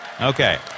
Okay